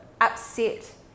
upset